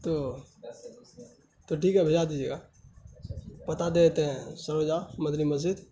تو تو ٹھیک ہے بھیجا دیجیے گا پتہ دے دیتے ہیں سروجا مدنی مسجد